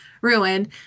ruined